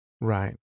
Right